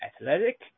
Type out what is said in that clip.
athletic